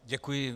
Děkuji.